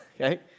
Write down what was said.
okay